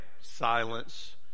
silence